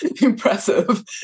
impressive